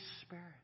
Spirit